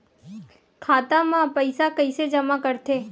खाता म पईसा कइसे जमा करथे?